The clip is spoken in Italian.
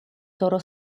toro